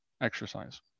exercise